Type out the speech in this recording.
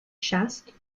chaste